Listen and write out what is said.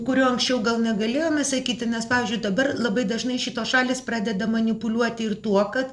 kurio anksčiau gal negalėjome sakyti nes pavyzdžiui dabar labai dažnai šitos šalys pradeda manipuliuoti ir tuo kad